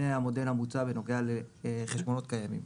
זה המודל המוצע בנוגע לחשבונות קיימים.